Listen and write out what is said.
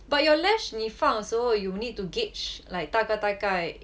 but your lash 你放的时候 you need to gauge like 大概大概